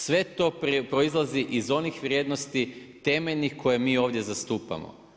Sve to proizlazi iz onih vrijednosti temeljenih, koje mi ovdje zastupamo.